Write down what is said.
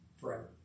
forever